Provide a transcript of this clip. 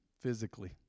physically